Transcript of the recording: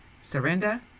Surrender